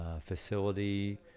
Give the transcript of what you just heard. facility